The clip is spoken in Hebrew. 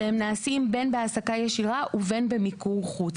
שנעשים בין בהעסקה ישירה ובין במיקור חוץ.